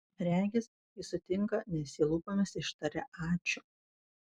regis jis sutinka nes ji lūpomis ištaria ačiū